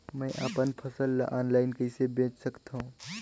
मैं अपन फसल ल ऑनलाइन कइसे बेच सकथव?